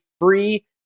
free